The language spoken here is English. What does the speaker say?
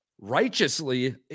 righteously